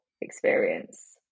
experience